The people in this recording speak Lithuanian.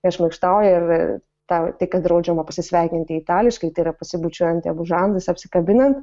jie šmaikštauja ir tau tai kad draudžiama pasisveikinti itališkai tai yra pasibučiuojant į abu žandus apsikabinant